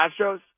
Astros